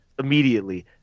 Immediately